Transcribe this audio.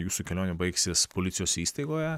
jūsų kelionė baigsis policijos įstaigoje